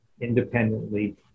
independently